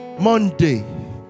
Monday